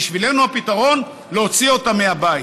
בשבילנו הפתרון הוא להוציא אותם מהבית.